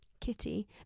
kitty